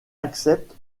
accepte